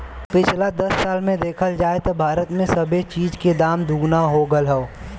पिछला दस साल मे देखल जाए त भारत मे सबे चीज के दाम दुगना हो गएल हौ